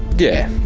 yeah,